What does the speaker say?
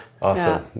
Awesome